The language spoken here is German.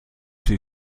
sie